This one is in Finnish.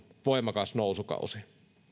voimakas nousukausi